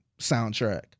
soundtrack